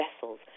vessels